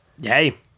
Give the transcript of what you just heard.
Yay